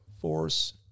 Force